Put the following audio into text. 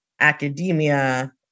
academia